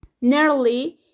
nearly